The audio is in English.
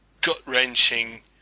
gut-wrenching